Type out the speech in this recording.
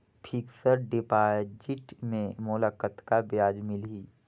Fixed deposit मे मोला कतका ब्याज मिलही?